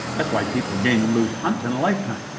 that's why people gain and lose tons in a lifetime.